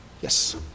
Yes